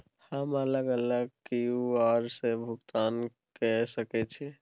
हम अलग अलग क्यू.आर से भुगतान कय सके छि?